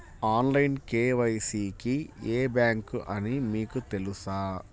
Online KYC కి ఏ bank అని మీకు తెలుసా?